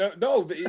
no